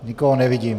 Nikoho nevidím.